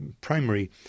primary